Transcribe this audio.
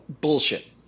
bullshit